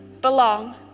Belong